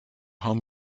home